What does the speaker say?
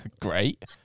Great